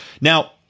Now